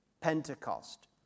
Pentecost